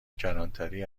کلانتری